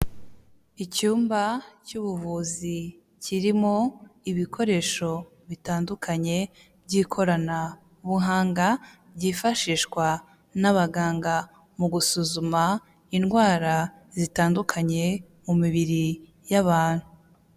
Icyumba cy'ubuvuzi kirimo ibikoresho bitandukanye by'ikoranabuhanga byifashishwa n'abaganga mu gusuzuma indwara zitandukanye mu mibiri y'abantu.